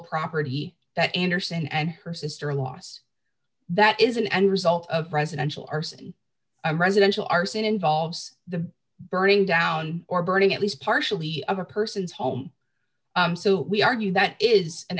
property that anderson and her sister lost that is an end result of presidential arson residential arson involves the burning down or burning at least partially of a person's home so we argue that it is an